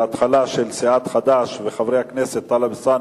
בהתחלה של סיעת חד"ש וחברי הכנסת טלב אלסאנע,